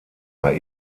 war